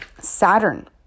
Saturn